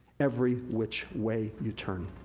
every which way you turn.